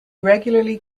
regularly